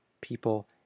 people